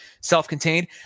self-contained